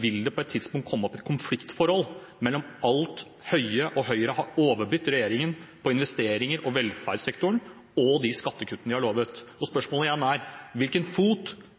vil det på et tidspunkt komme opp et konfliktforhold mellom alt Høie og Høyre har overbudt regjeringen på investeringer og velferdssektoren, og de skattekuttene de har lovet. Spørsmålet igjen er: Hvilken fot